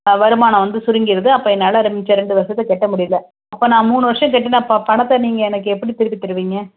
வருமானம் வந்து சுருங்கிடுது அப்போ என்னால் மிச்ச ரெண்டு வருசத்தை கட்ட முடியிலை அப்போ நான் மூணு வருசம் கட்டின ப பணத்தை நீங்கள் எனக்கு எப்படி திருப்பி தருவிங்க